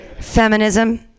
Feminism